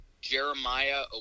Jeremiah